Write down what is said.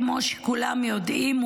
כמו שכולם יודעים,